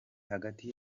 hagati